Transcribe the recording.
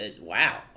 wow